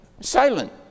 silent